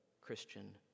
Christian